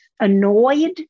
annoyed